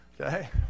Okay